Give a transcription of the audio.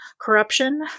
corruption